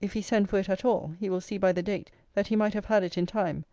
if he send for it at all, he will see by the date, that he might have had it in time